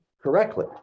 correctly